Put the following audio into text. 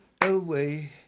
away